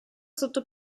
sotto